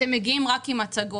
שאתם מגיעים רק עם מצגות.